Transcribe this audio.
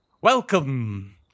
Welcome